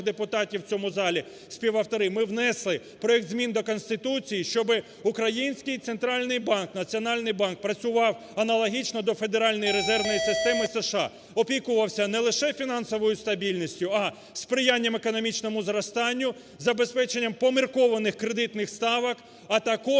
депутатів в цьому залі, співавтори, ми внесли проект змін до Конституції, щоби український Центральний банк, Національний банк, працював аналогічно до Федеральної резервної системи США. Опікувався не лише фінансовою стабільністю, а сприянням економічному зростанню, забезпеченням поміркованих кредитних ставок, а також